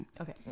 Okay